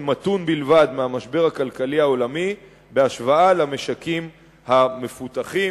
מתון בלבד מהמשבר הכלכלי העולמי בהשוואה למשקים המפותחים.